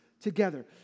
together